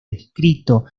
descrito